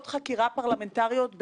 אתה יכול להגיד שזה עדיין לא מספיק,